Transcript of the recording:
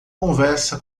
conversa